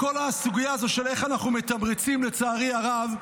כל הסוגיה איך אנחנו מתמרצים, לצערי הרב,